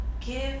give